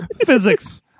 Physics